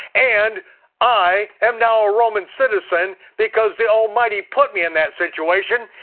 and i am now a roman citizen because the almighty put me in that situation,